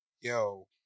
yo